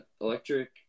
Electric